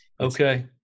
okay